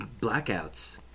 blackouts